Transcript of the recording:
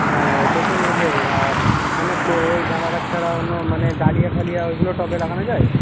হ্যাঁ ওইটা তো নেবই আর মানে ওই গাঁদা গাছ ছাড়া অন্য মানে ডালিয়া ফালিয়া ওইগুলো টবে লাগানো যায়